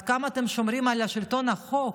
עד כמה אתם שומרים על שלטון החוק,